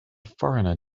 foreigner